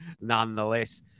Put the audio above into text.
nonetheless